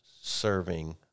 serving